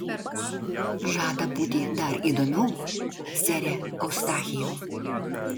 žada būti dar įdomiau sere eustachijau